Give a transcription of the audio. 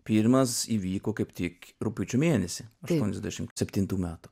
pirmas įvyko kaip tik rugpjūčio mėnesį aštuoniasdešimt septintų metų